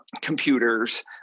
computers